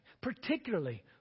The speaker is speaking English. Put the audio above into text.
particularly